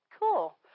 Cool